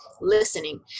listening